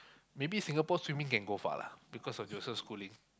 maybe Singapore swimming can go far lah because of Joseph Schooling